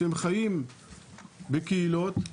שהם חיים בקהילות יהודיות,